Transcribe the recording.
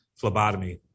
phlebotomy